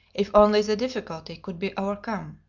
if only the difficulty could be overcome.